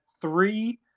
three